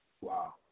Wow